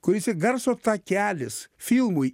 kuris ir garso takelis filmui